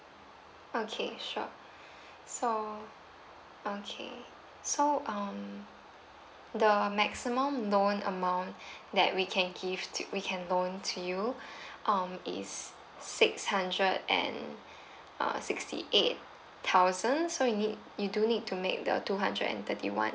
okay sure so okay so um the maximum loan amount that we can give to we can loan to you um is six hundred and uh sixty eight thousand so you need you do need to make the two hundred and thirty one